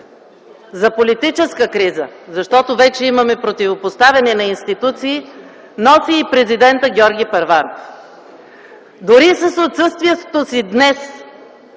за политическа криза, защото вече имаме противопоставяне на институции, носи и президента Георги Първанов, дори с отсъствието си днес